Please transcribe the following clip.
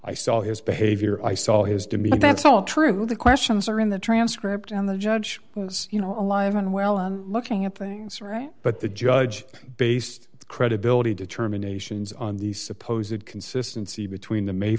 i saw his behavior i saw his demeanor that's all true the questions are in the transcript and the judge was you know alive and well looking at things right but the judge based credibility determinations on the supposed consistency between the may